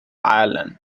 ireland